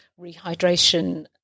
rehydration